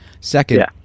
Second